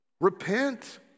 Repent